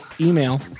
email